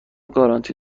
گارانتی